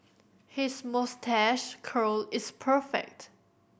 his moustache curl is perfect